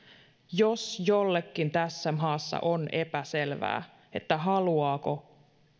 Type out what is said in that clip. jos jollekin tässä maassa on epäselvää haluaako